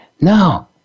No